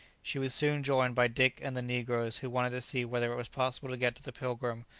she was soon joined by dick and the negroes, who wanted to see whether it was possible to get to the pilgrim,